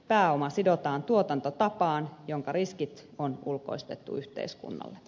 pääoma sidotaan tuotantotapaan jonka riskit on ulkoistettu yhteiskunnalle